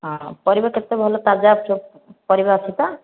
ହଁ ପରିବା କେତେ ଭଲ ତାଜା ଅଛି ପରିବା ଅଛି ତ